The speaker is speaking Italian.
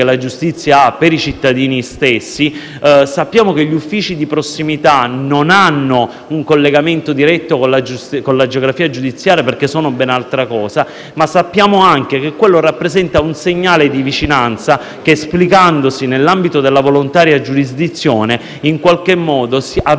la giustizia ha per i cittadini stessi. Sappiamo che gli uffici di prossimità non hanno un collegamento diretto con la geografia giudiziaria, perché sono ben altra cosa, ma sappiamo anche che essi rappresentano un segnale di vicinanza che, esplicandosi nell'ambito della volontaria giurisdizione, in qualche modo avvicina